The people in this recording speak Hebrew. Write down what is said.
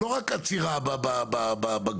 לא רק עצירה בגבול,